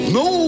no